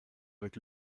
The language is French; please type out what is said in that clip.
avec